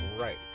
right